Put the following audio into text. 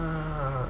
ah